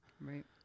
Right